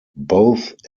both